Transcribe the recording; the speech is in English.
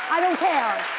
i don't care.